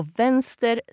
vänster